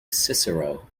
cicero